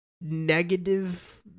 negative